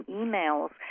emails